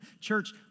Church